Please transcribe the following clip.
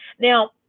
Now